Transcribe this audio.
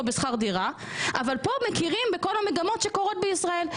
הסיוע בשכר דירה אבל כאן מכירים בכל המגמות שקורות בישראל.